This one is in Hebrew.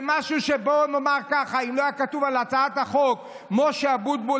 זה משהו שבואו נאמר ככה: אם לא היה כתוב על הצעת החוק משה אבוטבול,